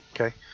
Okay